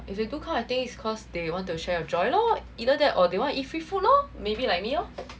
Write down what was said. if they do come I think is cause they want to share the joy lor either that or they want eat free food maybe like me lor